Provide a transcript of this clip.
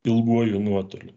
ilguoju nuotoliu